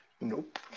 Nope